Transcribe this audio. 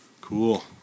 Cool